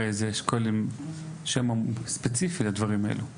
יש כוללים שהם ספציפי לדברים האלו.